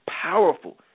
powerful